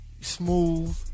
smooth